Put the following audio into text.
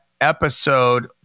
episode